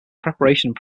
preparation